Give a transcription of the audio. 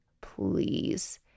please